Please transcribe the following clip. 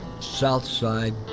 Southside